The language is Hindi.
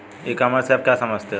ई कॉमर्स से आप क्या समझते हो?